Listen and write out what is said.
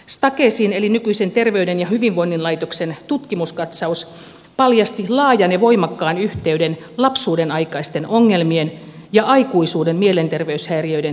stakesin eli nykyisen ter veyden ja hyvinvoinnin laitoksen tutkimuskat saus paljasti laajan ja voimakkaan yhteyden lapsuudenaikaisten ongelmien ja aikuisuuden mielenterveyshäiriöiden kehittymisen välillä